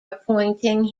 appointing